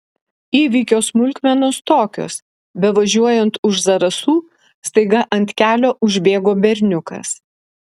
įvykio smulkmenos tokios bevažiuojant už zarasų staiga ant kelio užbėgo berniukas